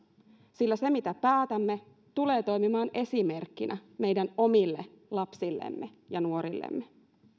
sillä se mitä päätämme tulee toimimaan esimerkkinä meidän omille lapsillemme ja nuorillemme